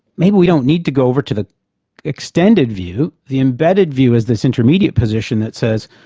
maybe we don't need to go over to the extended view. the embedded view is this intermediate position that says,